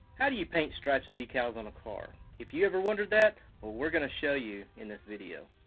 how do you paint stripes and decals on a car? if you ever wondered that, well we're gonna show you in this video.